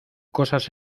cosas